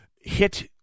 hit